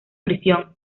prisión